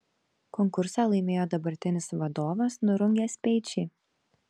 konkursą laimėjo dabartinis vadovas nurungęs speičį